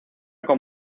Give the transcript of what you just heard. con